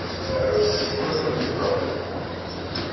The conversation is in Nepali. जग्गाहरू कस्तो कस्तो छ हौ